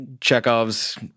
Chekhov's